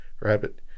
rabbit